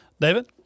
David